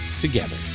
together